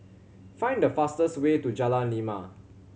find the fastest way to Jalan Lima